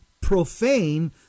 profane